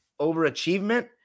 overachievement